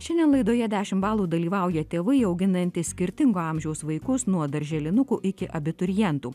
šiandien laidoje dešimt balų dalyvauja tėvai auginantys skirtingo amžiaus vaikus nuo darželinukų iki abiturientų